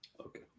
Okay